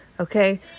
Okay